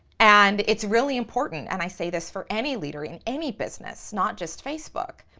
and it's really important, and i say this for any leader in any business not just facebook,